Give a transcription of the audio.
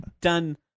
done